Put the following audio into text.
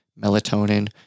melatonin